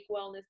wellness